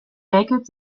räkelt